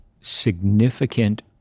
significant